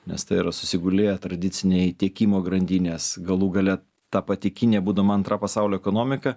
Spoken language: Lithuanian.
nes tai yra susigulėję tradiciniai tiekimo grandinės galų gale ta pati kinija būdama antra pasaulio ekonomika